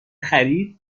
خرید